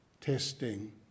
testing